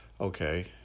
Okay